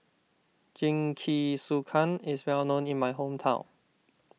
Jingisukan is well known in my hometown